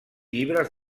llibres